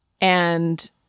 And-